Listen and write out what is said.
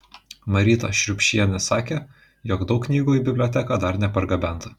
marytė šriubšienė sakė jog daug knygų į biblioteką dar nepargabenta